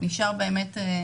עד תשעה אסירים,